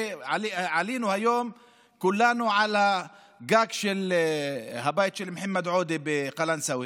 עלינו היום כולנו על הגג של הבית של מוחמד עודה בקלנסווה